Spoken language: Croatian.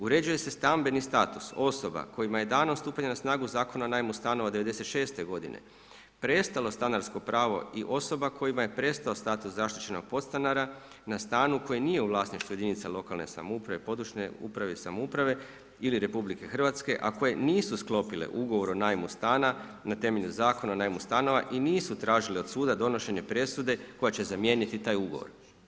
Uređuje se stambeni status osoba kojima je danom stupanja na snagu Zakona o najmu stanova ’96. godine prestalo stanarsko pravo i osoba kojima je prestao status zaštićenog podstanara na stanu koji nije u vlasništvu jedinica lokalne samouprave, područne uprave i samouprave ili Republike Hrvatske a koje nisu sklopile ugovor o najmu stana na temelju Zakona o najmu stanova i nisu tražile od suda donošenje presude koja će zamijeniti taj ugovor.